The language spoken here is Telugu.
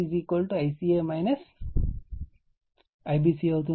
అదేవిధంగా Ic ICA IBC అవుతుంది